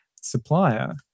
supplier